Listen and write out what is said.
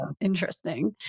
Interesting